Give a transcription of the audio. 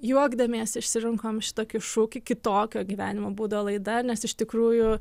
juokdamiesi išsirinkom šitokį šūkį kitokio gyvenimo būdo laida nes iš tikrųjų